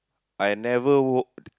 I never woke